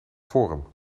forum